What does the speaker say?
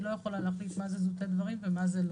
היא לא יכולה להחליט מה זה זוטי דברים ומה זה לא.